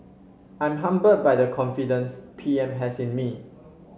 I'm humbled by the confidence P M has in me